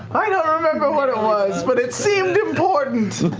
i don't remember what it was, but it seemed important.